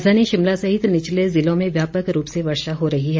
राजधानी शिमला सहित निचले जिलों में व्यापक रूप से वर्षा हो रही है